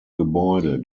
gebäude